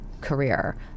career